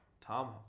Tom